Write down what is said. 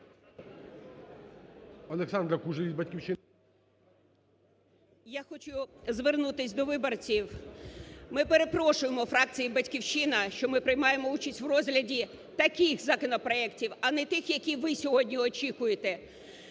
Я хочу звернутись до виборців. Ми перепрошуємо, фракція "Батьківщина", що ми приймаємо участь в розгляді таких законопроектів, а не тих, які ви сьогодні очкуєте.